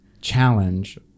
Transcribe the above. challenge